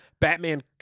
Batman